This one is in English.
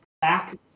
back